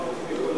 הפנים.